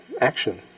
action